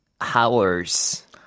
hours